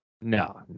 No